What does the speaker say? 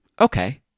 okay